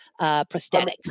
prosthetics